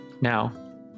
Now